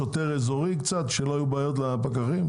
יש שוטר אזורי קצת, שלא יהיו בעיות לפקחים?